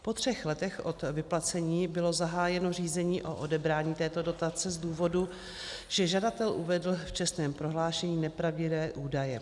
Po třech letech od vyplacení bylo zahájeno řízení o odebrání této dotace z důvodu, že žadatel uvedl v čestném prohlášení nepravdivé údaje.